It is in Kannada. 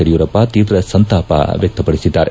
ಯಡಿಯೂರಪ್ಪ ತೀವ್ರ ಸಂತಾಪ ವ್ಯಕಪಡಿಸಿದ್ದಾರೆ